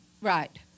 Right